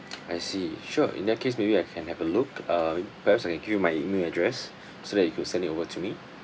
I see sure in that case maybe I can have a look uh maybe perhaps I can give you my email address so that you could send it over to me